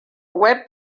web